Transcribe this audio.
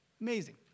Amazing